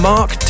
Mark